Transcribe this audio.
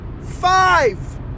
Five